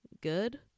good